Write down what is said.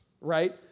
right